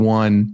one